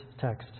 text